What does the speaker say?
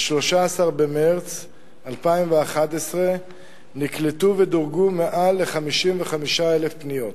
13 במרס 2011, נקלטו ודורגו מעל 55,000 פניות